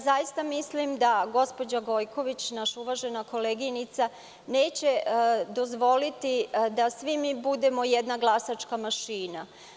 Zaista mislim da gospođa Gojković, naša uvažena koleginica neće dozvoliti da svi mi budemo jedna glasačka mašina.